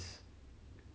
I think I think